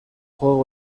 juego